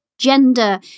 gender